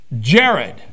Jared